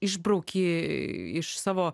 išbrauki iš savo